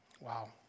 Wow